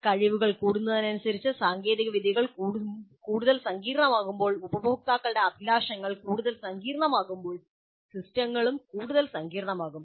കഴിവുകൾ കൂടുന്നതിനനുസരിച്ച് സാങ്കേതികവിദ്യകൾ കൂടുതൽ സങ്കീർണ്ണമാകുമ്പോൾ ഉപഭോക്താക്കളുടെ അഭിലാഷങ്ങൾ കൂടുതൽ സങ്കീർണമാകുമ്പോൾ സിസ്റ്റങ്ങളും കൂടുതൽ സങ്കീർണ്ണമാകും